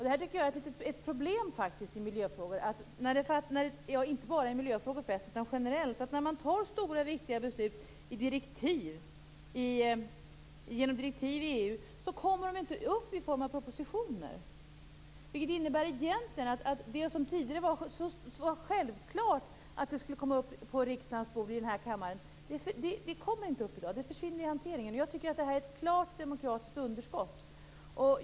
Det är ett problem i bl.a. miljöfrågor att när man fattar stora och viktiga beslut genom direktiv i EU kommer de inte fram i form av propositioner. Det innebär egentligen att det som tidigare ansågs som så självklart att tas upp i denna kammare inte kommer upp här i dag. Det försvinner i hanteringen. Jag tycker att detta är ett klart demokratiskt underskott.